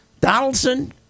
Donaldson